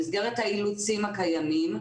במסגרת האילוצים הקיימים,